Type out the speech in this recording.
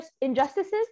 injustices